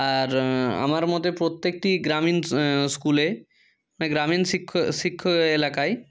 আর আমার মতে প্রত্যেকটি গ্রামীণ স্কুলে মানে গ্রামীণ শিক্ষক এলাকায়